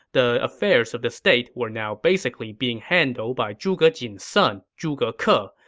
the affairs of the state were now basically being handled by zhuge jin's son, zhuge ke, ah